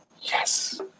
yes